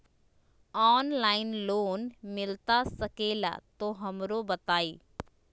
Online loan मिलता सके ला तो हमरो बताई?